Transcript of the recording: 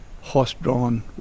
horse-drawn